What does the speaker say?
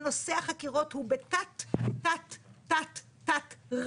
נושא החקירות הוא בתת-תת-תת-תת רמה.